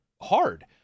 hard